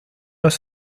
los